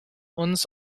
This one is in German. uns